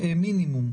מינימום.